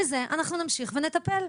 בזה אנחנו נמשיך ונטפל,